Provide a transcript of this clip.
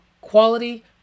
quality